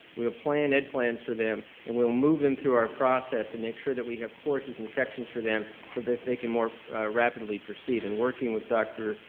we will plan ed. plans for them and we'll move in through our process and make sure that we have courses and sections for them so that they can more rapidly proceed and working with dr.